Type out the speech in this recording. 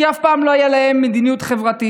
כי אף פעם לא הייתה להם מדיניות חברתית